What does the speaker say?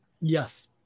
Yes